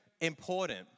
important